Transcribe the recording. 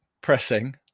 pressing